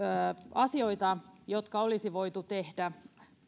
asioita jotka olisi voitu tehdä